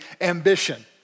ambition